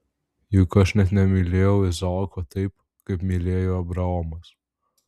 juk aš net nemylėjau izaoko taip kaip mylėjo abraomas